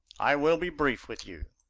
i will be brief with you.